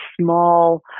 small